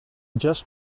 just